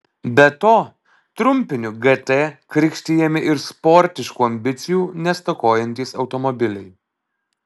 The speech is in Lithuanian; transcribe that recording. be to trumpiniu gt krikštijami ir sportiškų ambicijų nestokojantys automobiliai